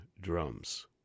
drums